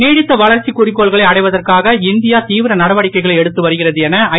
நீடித்த வளர்ச்சி குறிக்கோள்களை அடைவதற்காக இந்தியா தீவிர நடவடிக்கைகளை எடுத்து வருகிறது என ஐ